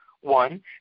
One